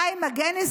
חיים מגני,